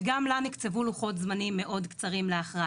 וגם לא נקצבו לוחות זמנים מאוד קצרים להכרעה.